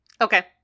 okay